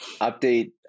update